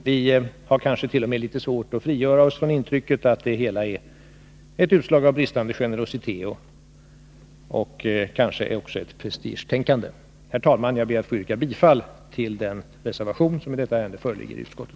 Vi har t.o.m. litet svårt att frigöra oss från intrycket att det hela är ett utslag av bristande generositet och kanske också av ett prestigetänkande. Herr talman! Jag ber att få yrka bifall till den reservation som i detta ärende föreligger i utskottet.